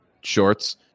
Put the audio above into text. shorts